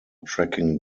tracking